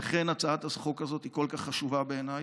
ולכן הצעת החוק הזאת היא כל כך חשובה בעיניי.